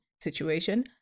situation